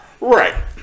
right